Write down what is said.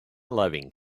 loving